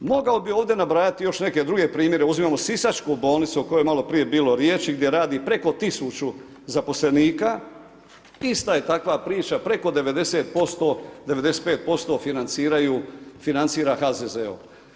Mogao bi ovdje nabrajati još neke druge primjere, uzimamo Sisačku bolnicu o kojoj je maloprije bilo riječi gdje radi preko 1.000 zaposlenika ista je takva priča preko 90%, 95% financira HZZO.